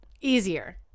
Easier